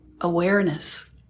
awareness